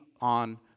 on